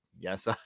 yes